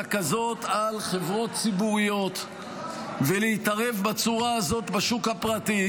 כזאת על חברות ציבוריות ולהתערב בצורה הזאת בשוק הפרטי,